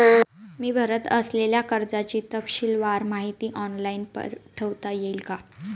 मी भरत असलेल्या कर्जाची तपशीलवार माहिती ऑनलाइन पाठवता येईल का?